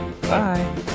Bye